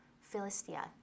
Philistia